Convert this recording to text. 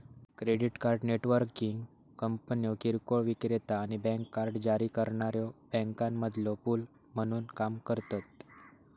credit card networking कंपन्यो किरकोळ विक्रेता आणि बँक कार्ड जारी करणाऱ्यो बँकांमधलो पूल म्हणून काम करतत